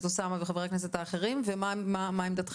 סעדי ומול חברי הכנסת האחרים ומה עמדתכם.